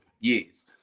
years